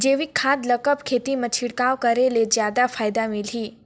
जैविक खाद ल कब खेत मे छिड़काव करे ले जादा फायदा मिलही?